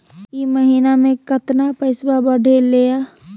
ई महीना मे कतना पैसवा बढ़लेया?